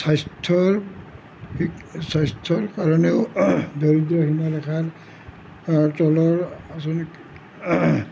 স্বাস্থ্যৰ স্বাস্থ্যৰ কাৰণেও দৰিদ্ৰ সীমাৰেখাৰ তলৰ আঁচনিৰ